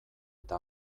eta